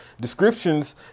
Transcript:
descriptions